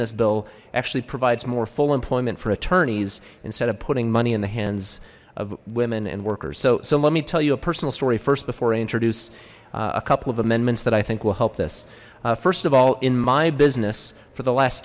this bill actually provides more full employment for attorneys instead of putting money in the hands of women and workers so so let me tell you a personal story first before i introduce a couple of amendments that i think will help this first of all in my business for the last